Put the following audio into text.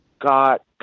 got